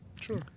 Sure